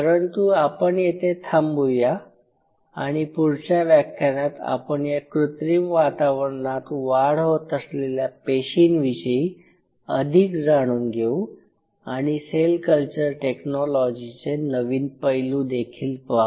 परंतु आपण येथे थांबूया आणि पुढच्या व्याख्यानात आपण या कृत्रिम वातावरणात वाढ होत असलेल्या पेशींविषयी अधिक जाणून घेऊ आणि सेल कल्चर टेक्नॉलॉजीचे नवीन पैलू देखील पाहू